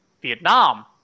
Vietnam